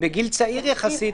אני מניח בגיל צעיר יחסית,